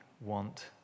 want